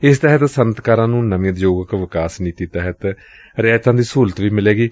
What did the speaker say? ਇਸ ਤਹਿਤ ਸੱਨਅਤਕਾਰਾਂ ਨੂੰ ਨਵੀਂ ਉਦਯੋਗਕ ਵਿਕਾਸ ਨੀਤੀ ਤਹਿਤ ਰਿਆਇਤਾਂ ਦੀ ਸਹੂਲਤ ਵੀ ਮਿਲੇਗੀ